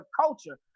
culture